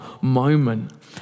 moment